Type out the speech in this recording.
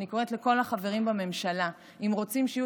אני קוראת לכל החברים בממשלה: אם רוצים שיהיו